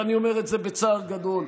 ואני אומר את זה בצער גדול: